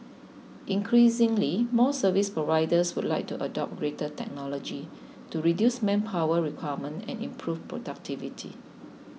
increasingly more services providers would like to adopt greater technology to reduce manpower requirement and improve productivity